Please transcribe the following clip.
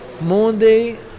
Monday